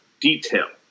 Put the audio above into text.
detail